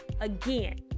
again